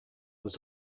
was